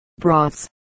broths